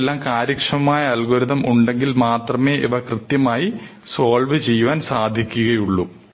ഇതിനെല്ലാം കാര്യക്ഷമമായ അൽഗോരിതം ഉണ്ടെങ്കിൽ മാത്രമേ ഇവ കൃത്യമായി സോൾവ് ചെയ്യുവാൻ സാധികയുള്ളൂ